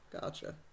Gotcha